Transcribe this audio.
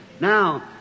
Now